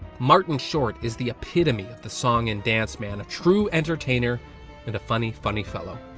martin short is the epitome of the song and dance man. a true entertainer and a funny funny fellow.